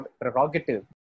prerogative